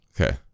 Okay